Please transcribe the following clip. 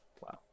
wow